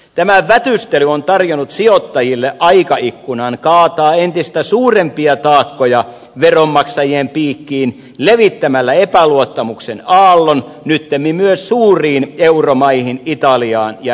tämä vätystely on tarjonnut sijoittajille aikaikkunan kaataa entistä suurempia taakkoja veronmaksajien piikkiin levittämällä epäluottamuksen aallon nyttemmin myös suuriin euromaihin italiaan ja espanjaan